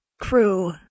crew